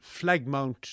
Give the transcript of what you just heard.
Flagmount